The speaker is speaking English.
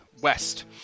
west